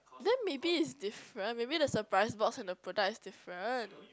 then maybe it's different maybe the surprise box and the product is different